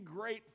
great